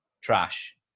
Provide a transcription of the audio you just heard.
Trash